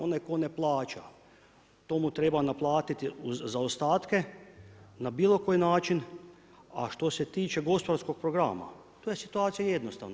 Onaj tko ne plaća, to mu treba naplatiti zaostatke, na bilo koji način, a što se tiče gospodarskog programa, tu je situacija jednostavna.